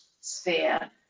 sphere